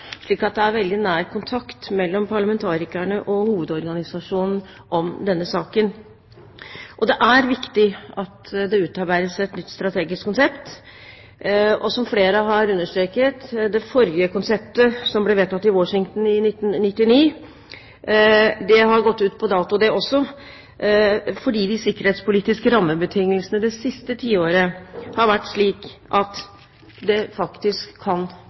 slik at det er veldig nær kontakt mellom parlamentarikerne og hovedorganisasjonen om denne saken. Det er viktig at det utarbeides et nytt strategisk konsept. Som flere har understreket, har det forrige konseptet, som ble vedtatt i Washington i 1999, også gått ut på dato fordi de sikkerhetspolitiske rammebetingelsene det siste tiåret kan betegnes som utdatert. Etter 1999 har vi hatt terrorangrepet i 2001, med de konsekvenser det